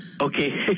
Okay